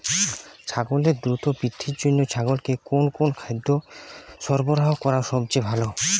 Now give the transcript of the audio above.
ছাগলের দ্রুত বৃদ্ধির জন্য ছাগলকে কোন কোন খাদ্য সরবরাহ করা সবচেয়ে ভালো?